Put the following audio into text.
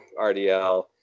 RDL